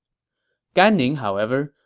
gan ning, however,